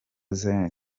zion